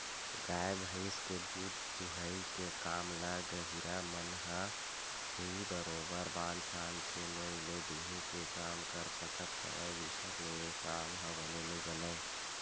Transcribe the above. गाय भइस के दूद दूहई के काम ल गहिरा मन ह ही बरोबर बांध छांद के नोई ले दूहे के काम कर सकत हवय दूसर ले ऐ काम ह बने नइ बनय